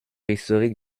historique